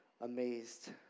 amazed